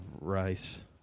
rice